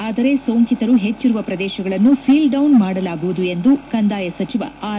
ಆದರೆ ಸೋಂಕಿತರು ಹೆಚ್ಚಿರುವ ಪ್ರದೇಶಗಳನ್ನು ಸೀಲ್ಡೌನ್ ಮಾಡಲಾಗುವುದು ಎಂದು ಕಂದಾಯ ಸಚಿವ ಆರ್